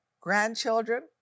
grandchildren